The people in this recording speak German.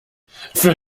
für